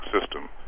system